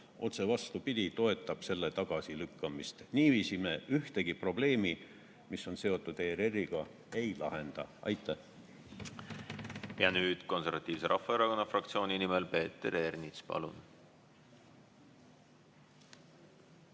otse vastupidi, toetab selle tagasilükkamist. Niiviisi me ühtegi probleemi, mis on seotud ERR‑iga, ei lahenda. Aitäh! Nüüd Konservatiivse Rahvaerakonna fraktsiooni nimel Peeter Ernits. Palun!